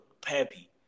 Pappy